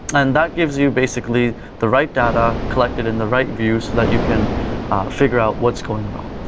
and that gives you basically the right data collected in the right view so that you can figure out what's going wrong.